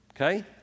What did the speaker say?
okay